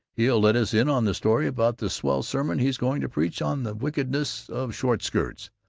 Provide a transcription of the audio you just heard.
he'll let us in on the story about the swell sermon he's going to preach on the wickedness of short skirts,